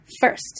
First